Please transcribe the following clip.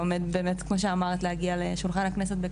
אז אני מאמינה שגם הפעם הכרטיסים יגיעו לזכאי השלמת הכנסה שזה